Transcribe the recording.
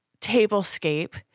tablescape